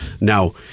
Now